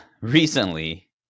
recently